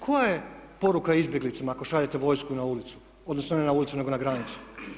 Koja je poruka izbjeglicama ako šaljete vojsku na ulicu, odnosno ne na ulicu nego na granicu?